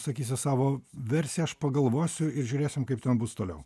sakysi savo versiją aš pagalvosiu ir žiūrėsim kaip ten bus toliau